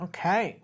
Okay